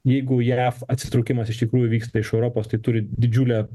jeigu jav atsitraukimas iš tikrųjų vyksta iš europos tai turi didžiulę